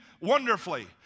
wonderfully